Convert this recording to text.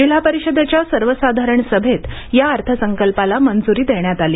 जिल्हा परिषदेच्या सर्वसाधारण सभेत या अर्थसंकल्पाला मंजूरी देण्यात आली